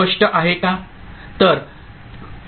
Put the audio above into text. हे स्पष्ट आहे का